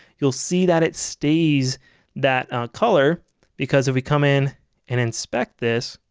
you'll see that it stays that color because if we come in and inspect this